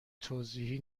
توضیحی